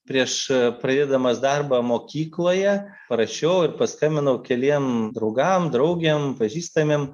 prieš pradėdamas darbą mokykloje parašiau ir paskambinau keliem draugam draugėm pažįstamiem